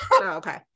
okay